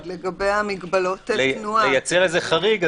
לייצר חריג,